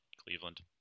Cleveland